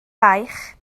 baich